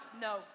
No